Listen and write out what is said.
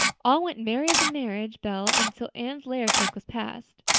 all went merry as a marriage bell until anne's layer cake was passed.